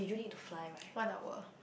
one hour